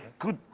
good.